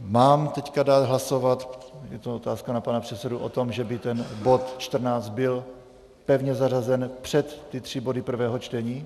Mám teď dát hlasovat je to otázka na pana předsedu o tom, že by ten bod 14 byl pevně zařazen před ty tři body prvého čtení?